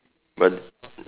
but